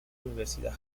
universidad